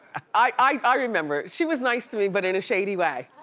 i remember, she was nice to me but in a shady way.